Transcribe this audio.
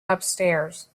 upstairs